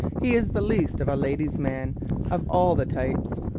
he is the least of a ladies' man of all the types.